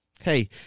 Hey